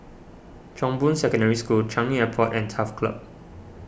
Chong Boon Secondary School Changi Airport and Turf Club